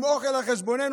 עם אוכל על חשבוננו,